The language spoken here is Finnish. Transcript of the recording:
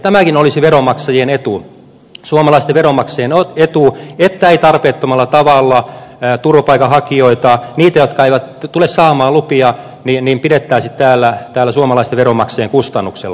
tämäkin olisi suomalaisten veronmaksajien etu että ei tarpeettomalla tavalla turvapaikanhakijoita niitä jotka eivät tule saamaan lupia pidettäisi täällä suomalaisten veronmaksajien kustannuksella